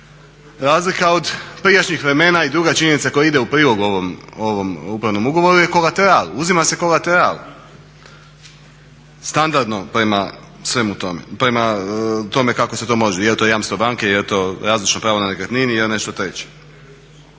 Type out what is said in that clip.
Razlika od prijašnjih vremena i druga činjenica koja ide u prilog ovom upravnom ugovoru je kolateral, uzima se kolateral standardno prema svemu tome, prema tome kako se to može, jel to jamstvo banke, jel to razročno pravo na nekretnini ili nešto treće.